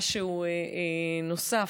משהו נוסף.